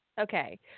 Okay